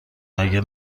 مگه